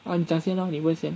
ask justin lor 你问先